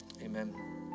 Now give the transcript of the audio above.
amen